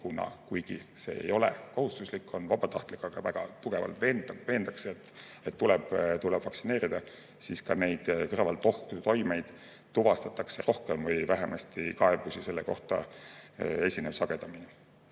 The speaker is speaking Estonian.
kuigi see ei ole kohustuslik, on vabatahtlik, lihtsalt väga tugevalt veendakse, et tuleb vaktsineerida, siis ka neid kõrvaltoimeid tuvastatakse rohkem või vähemasti kaebusi selle kohta esineb sagedamini.